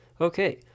okay